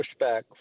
pushback